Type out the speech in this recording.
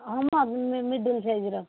ହଁ ମ ମିଡ଼ିଲ ସାଇଜର